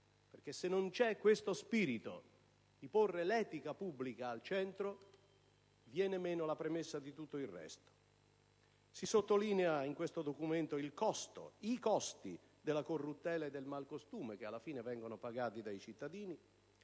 e se non c'è questo spirito di porre l'etica pubblica al centro, viene meno la premessa di tutto il resto. Si sottolineano in questo documento i costi della corruttela e del malcostume, che alla fine vengono pagati dai cittadini;